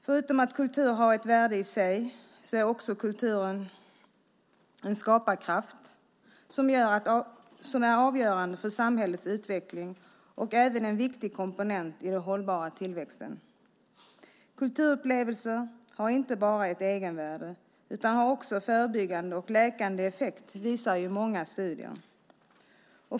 Förutom att kultur har ett värde i sig är kulturen en skaparkraft som är avgörande för samhällets utveckling och även en viktig komponent i den hållbara tillväxten. Kulturupplevelser har inte bara ett egenvärde utan har också förebyggande och läkande effekt, visar ju många studier.